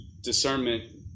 discernment